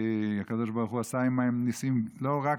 והקדוש ברוך הוא עשה עימם ניסים לא רק